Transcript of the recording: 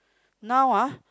now ah